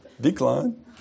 Decline